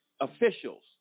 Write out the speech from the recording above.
officials